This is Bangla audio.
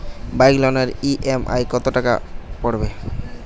বাইক লোনের ই.এম.আই কত টাকা পড়বে?